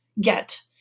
get